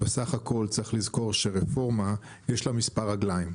בסך הכול צריך לזכור שרפורמה יש לה מספר רגליים,